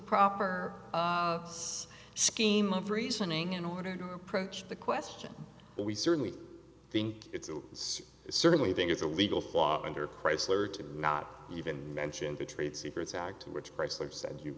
proper scheme of reasoning in order to approach the question but we certainly think it's certainly think it's a legal flaw under chrysler to not even mention the trade secrets act which chrysler said you